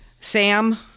Sam